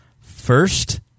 first